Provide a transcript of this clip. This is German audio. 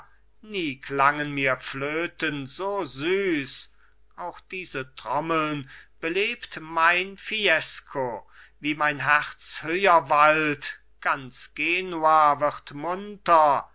nie klangen mir flöten so süß auch diese trommeln belebt mein fiesco wie mein herz höher wallt ganz genua wird munter